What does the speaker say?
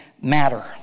matter